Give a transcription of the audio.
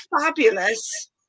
fabulous